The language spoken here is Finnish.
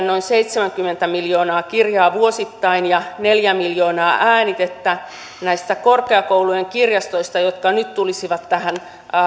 noin seitsemänkymmentä miljoonaa kirjaa ja neljä miljoonaa äänitettä korkeakoulujen kirjastoissa jotka nyt tulisivat tähän